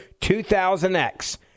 2000X